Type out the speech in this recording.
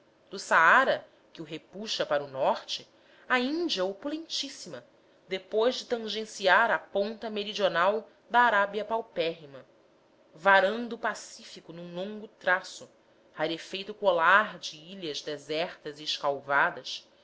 do saara que o repuxa para o norte à índia opulentíssima depois de tangenciar a ponta meridional da arábia paupérrima varando o pacífico num longo traço rarefeito colar de ilhas desertas e escalvadas